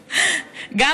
טבעי, טבעי.